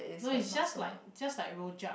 no it's just like just like rojak